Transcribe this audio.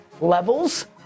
levels